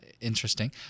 interesting